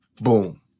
Boom